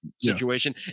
situation